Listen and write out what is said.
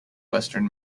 western